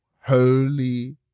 holy